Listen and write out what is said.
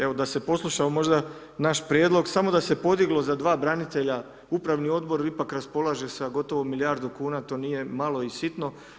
Evo da se poslušao možda naš prijedlog, samo da se podiglo za dva branitelja, upravni odbor ipak raspolaže sa gotovo milijardu kuna, to nije malo i sitno.